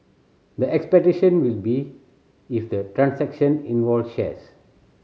the expectation will be if the transaction involved shares